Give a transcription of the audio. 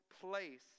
place